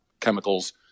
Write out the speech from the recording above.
chemicals